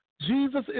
Jesus